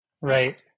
Right